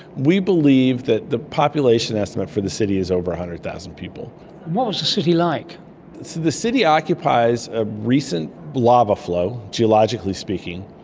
we believe that the population estimate for the city is over one hundred thousand people. what was the city like? so the city occupies a recent lava flow, geologically speaking,